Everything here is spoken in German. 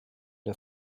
der